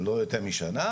לא יותר משנה,